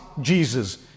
Jesus